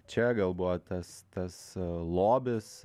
čia gal buvo tas tas lobis